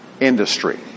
industry